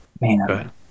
man